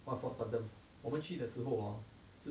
!wah! for melbourne 我们去的时候 orh